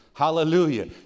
Hallelujah